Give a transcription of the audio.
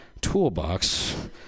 toolbox